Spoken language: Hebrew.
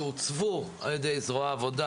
שעוצבו על ידי זרוע העבודה,